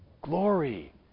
Glory